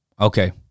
Okay